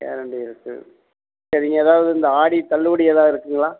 guarantee இருக்குது சரிங்க ஏதாவது இந்த ஆடித் தள்ளுபடி ஏதாவது இருக்குதுங்களா